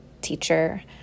teacher